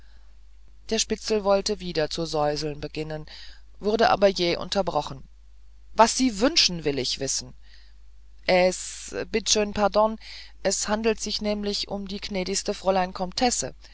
der spitzel wollte wieder zu säuseln beginnen wurde aber jäh unterbrochen was sie wünschen will ich wissen es bitt schän pardon es handelt sich nämlich um die gnädigste fräulein komtesse